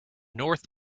north